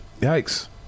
Yikes